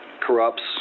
corrupts